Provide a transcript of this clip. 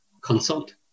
consult